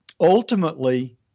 ultimately